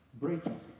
breaking